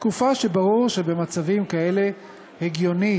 תקופה שברור שבמצבים כאלה הגיוני